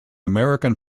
american